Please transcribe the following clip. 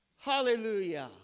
Hallelujah